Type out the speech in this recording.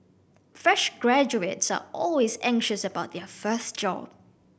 fresh graduates are always anxious about their first job